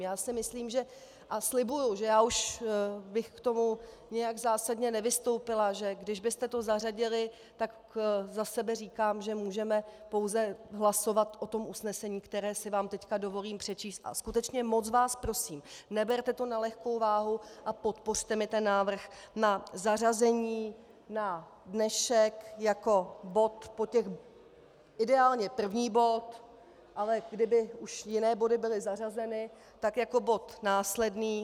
Já si myslím, a slibuji, že já už bych k tomu nijak zásadně nevystoupila, že kdybyste to zařadili, tak za sebe říkám, že můžeme pouze hlasovat o tom usnesení, které si vám dovolím teď přečíst, a skutečně, moc vás prosím, neberte to na lehkou váhu a podpořte mi ten návrh na zařazení na dnešek jako bod ideálně první bod, ale kdyby už jiné body byly zařazeny, tak jako bod následný.